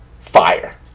Fire